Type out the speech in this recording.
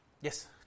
Yes